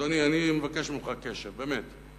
אדוני, אני אבקש ממך קשב, באמת.